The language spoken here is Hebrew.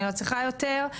אני לא צריכה יותר.